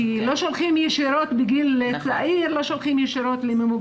לא שולחים ישירות בגיל צעיר לממוגרפיה.